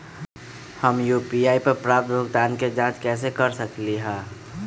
हम यू.पी.आई पर प्राप्त भुगतान के जाँच कैसे कर सकली ह?